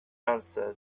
answer